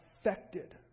Affected